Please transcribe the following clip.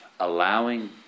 Allowing